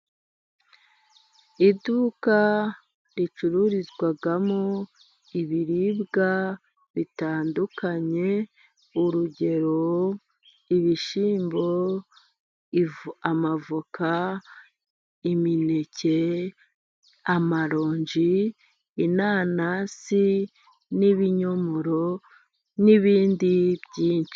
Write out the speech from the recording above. Iduka ricururizwamo ibiribwa bitandukanye. Urugero ibishyimbo, amavoka, imineke, amaronji, inanasi n'ibinyomoro n'ibindi byinshi.